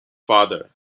father